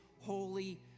holy